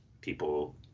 people